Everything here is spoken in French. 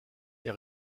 est